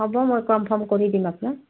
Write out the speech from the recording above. হ'ব মই কনফাৰ্ম কৰি দিম আপোনাক